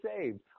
saved